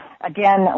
again